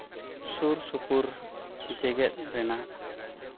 ᱥᱩᱨ ᱥᱩᱯᱩᱨ ᱡᱮᱜᱮᱛ ᱨᱮᱱᱟᱜ